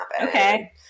Okay